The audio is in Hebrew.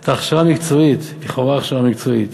את ההכשרה המקצועית, לכאורה הכשרה מקצועית.